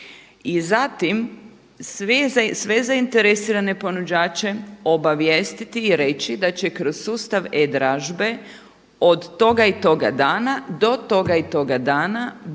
I zatim sve zainteresirane proizvođače obavijestiti i reći da će kroz sustav e-dražbe od toga i toga dana, do toga i toga dana